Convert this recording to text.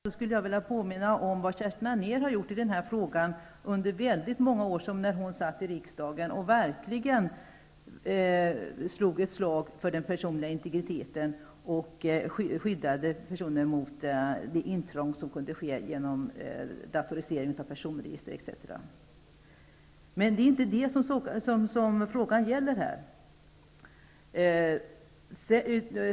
Herr talman! Kurt Ove Johansson får det till att låta som om debatten gäller vem som bäst skyddar den personliga integriteten. Det är inte detta det handlar om här. Vad beträffar historien skulle jag vilja påminna om den insats som Kerstin Anér har gjort i den här frågan under väldigt många år. När hon satt i riksdagen slog hon verkligen ett slag för den personliga integriteten och skyddet för personer mot det intrång som kunde ske genom datorisering av personregister etc. Men det är som sagt inte den frågan det gäller här.